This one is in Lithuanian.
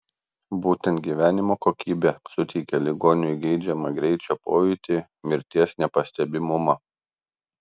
būtent gyvenimo kokybė suteikia ligoniui geidžiamą greičio pojūtį mirties nepastebimumą